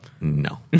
no